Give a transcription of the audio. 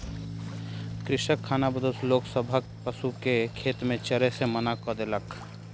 कृषक खानाबदोश लोक सभक पशु के खेत में चरै से मना कय देलक